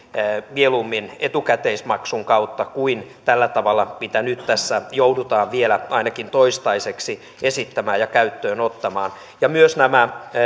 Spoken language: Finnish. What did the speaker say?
mieluummin etukäteismaksun kautta kuin tällä tavalla mitä nyt tässä joudutaan vielä ainakin toistaiseksi esittämään ja käyttöön ottamaan ja myös nämä